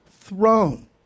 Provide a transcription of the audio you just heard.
throne